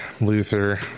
Luther